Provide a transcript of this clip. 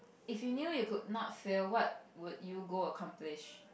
if you knew you could not failed what would you go accomplish